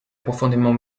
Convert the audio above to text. profondément